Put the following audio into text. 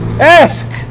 ask